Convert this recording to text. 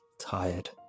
tired